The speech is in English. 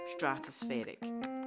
stratospheric